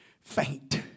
faint